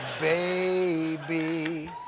baby